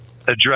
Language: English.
address